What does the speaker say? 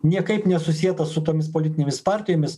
niekaip nesusietas su tomis politinėmis partijomis